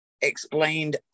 explained